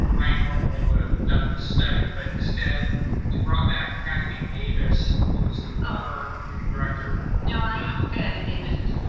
i normally would have done the study, but instead we brought back paddy davis, who was the former director. no, i know who patty davis is.